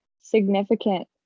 significant